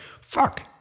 fuck